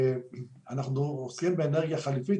אנחנו עוסקים באנרגיה חליפית,